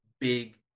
big